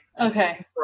Okay